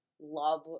love